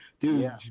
dude